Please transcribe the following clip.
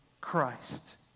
Christ